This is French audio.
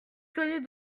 connus